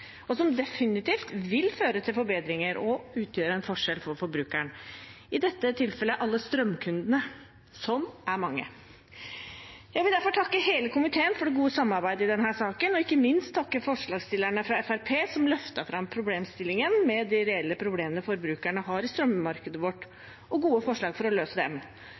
og som definitivt vil føre til forbedringer og utgjøre en forskjell for forbrukeren – i dette tilfellet alle strømkundene, som er mange. Jeg vil derfor takke hele komiteen for det gode samarbeidet i denne saken, og ikke minst takke forslagsstillerne fra Fremskrittspartiet som løftet fram problemstillingen med de reelle problemene forbrukerne har i strømmarkedet vårt, med gode forslag for å løse dem.